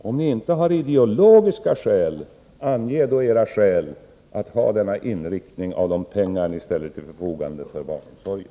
Om ni inte har ideologiska skäl, ange då vilka skäl för denna inriktning av de pengar som ni ställer till förfogande för barnomsorgen!